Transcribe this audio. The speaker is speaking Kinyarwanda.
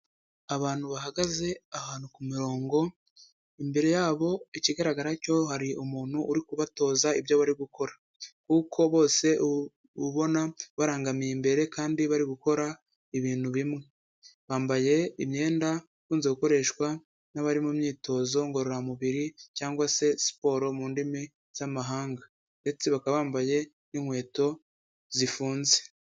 Abantu bahagaze ahantu ku murongo imbere yabo ikigaragara cyo hari umuntu uri kubatoza ibyo bari gukora, kuko bose ubona barangamiye imbere kandi bari gukora ibintu bimwe, bambaye imyenda ikunze gukoreshwa n'abari mu myitozo ngororamubiri cyangwa se siporo mu ndimi z'amahanga ndetse bakaba bambaye n'inkweto zifunze.